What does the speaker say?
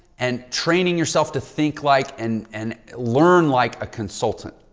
and training yourself to think like an and learn like a consultant.